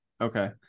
Okay